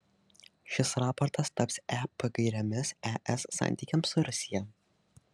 šis raportas taps ep gairėmis es santykiams su rusija